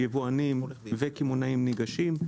יבואנים וקמעונאים ניגשים,